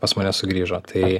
pas mane sugrįžo tai